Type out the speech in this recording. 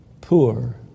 Poor